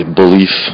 belief